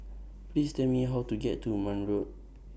Please Tell Me How to get to Marne Road